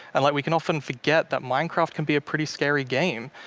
and like we can often forget that minecraft can be a pretty scary game.